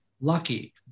lucky